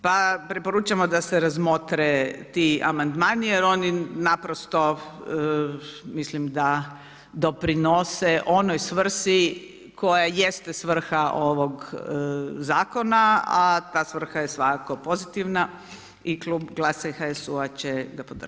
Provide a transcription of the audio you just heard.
Pa preporučamo da se razmotre ti amandman jer oni naprosto mislim da doprinosi onoj svrsi, koja jeste svrha ovog zakona, a ta svrha je svakako pozitivna i Klub GLAS-a i HSU-a će ga podržati.